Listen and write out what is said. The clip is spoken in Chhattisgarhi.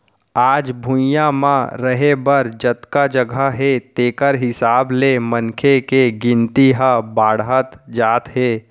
आज भुइंया म रहें बर जतका जघा हे तेखर हिसाब ले मनखे के गिनती ह बाड़हत जात हे